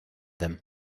them